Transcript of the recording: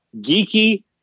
Geeky